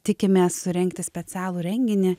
tikimės surengti specialų renginį